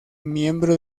miembro